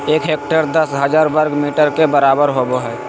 एक हेक्टेयर दस हजार वर्ग मीटर के बराबर होबो हइ